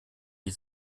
wie